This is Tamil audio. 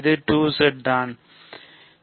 இது 2Z தான் சரி